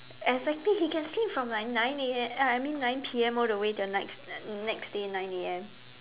exactly he can sleep from like nine A_M uh I mean nine P_M all the way to ne~ next day nine A_M